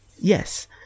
Yes